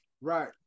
Right